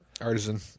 Artisan